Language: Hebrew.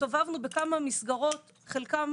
הסתובבנו בכמה מסגרות, חלקן